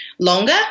longer